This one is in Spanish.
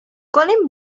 colin